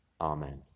Amen